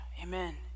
Amen